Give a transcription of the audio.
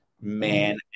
man